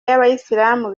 y’abayisilamu